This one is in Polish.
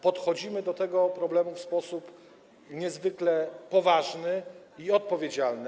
Podchodzimy do tego problemu w sposób niezwykle poważny i odpowiedzialny.